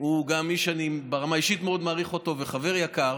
שהוא איש שגם ברמה האישית אני מעריך אותו מאוד והוא חבר יקר,